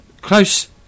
Close